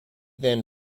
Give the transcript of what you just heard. then